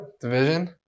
Division